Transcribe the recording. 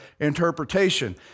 interpretation